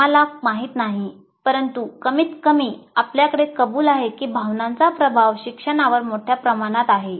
आम्हाला माहित नाही परंतु कमीतकमी आपल्याकडे कबूल आहे की भावनांचा प्रभाव शिक्षणावर मोठ्या प्रमाणात आहे